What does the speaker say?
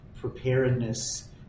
preparedness